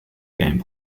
game